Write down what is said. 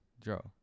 Joe